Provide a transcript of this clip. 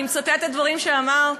אני מצטטת דברים שאמרת.